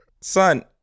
son